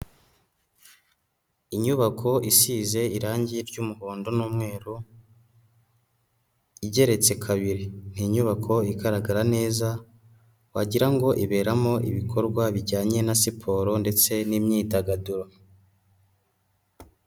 Inyubako isize irangi ry'umuhondo n'umweru, igeretse kabiri ni inyubako igaragara neza wagira ngo iberamo ibikorwa bijyanye na siporo ndetse n'imyidagaduro.